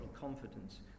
confidence